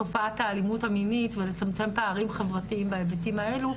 תופעת האלימות המינית ולצמצם פערים חברתיים בהיבטים האלה,